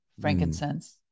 Frankincense